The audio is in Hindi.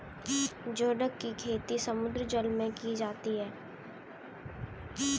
जिओडक की खेती समुद्री जल में की जाती है